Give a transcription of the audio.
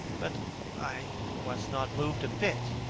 but i was not moved a bit.